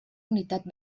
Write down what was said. unitat